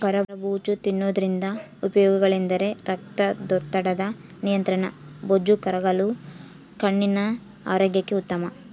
ಕರಬೂಜ ತಿನ್ನೋದ್ರಿಂದ ಉಪಯೋಗಗಳೆಂದರೆ ರಕ್ತದೊತ್ತಡದ ನಿಯಂತ್ರಣ, ಬೊಜ್ಜು ಕರಗಲು, ಕಣ್ಣಿನ ಆರೋಗ್ಯಕ್ಕೆ ಉತ್ತಮ